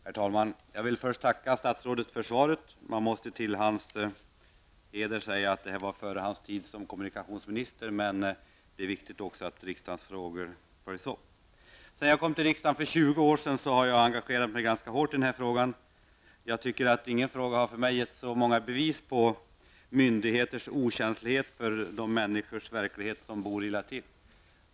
Herr talman! Jag vill först tacka statsrådet för svaret. Det måste till hans heder sägas att frågan väcktes före hans tid som kommunikationsminister, men det är viktigt att riksdagens frågor följs upp. Sedan jag kom till riksdagen för 20 år sedan har jag engagerat mig ganska hårt i denna fråga. Jag tycker inte att någon fråga för mig gett så många bevis på myndigheternas okänslighet för verkligheten för de människor som bor illa till.